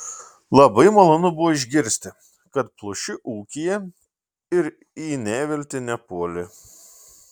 labai malonu buvo išgirsti kad pluši ūkyje ir į neviltį nepuoli